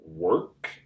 Work